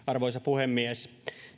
arvoisa puhemies